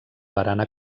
barana